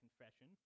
confession